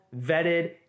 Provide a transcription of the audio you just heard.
vetted